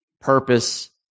purpose